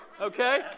Okay